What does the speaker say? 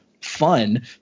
fun